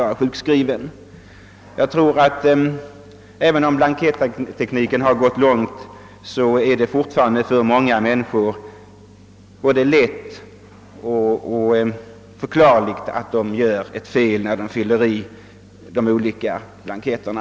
Även om allmänhetens förmåga att fylla i blanketter blivit allt bättre, är det fortfarande både ursäktligt och förklarligt att många människor gör ett fel när de skall fylla i de olika blanketterna.